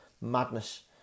Madness